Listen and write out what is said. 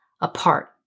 apart